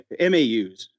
MAUs